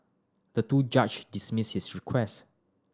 the two judge dismissed his request